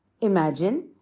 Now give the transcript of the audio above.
imagine